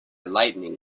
lightning